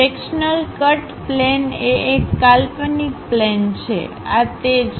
sectional cut plane એ એક કાલ્પનિક પ્લેન છે આ તે છે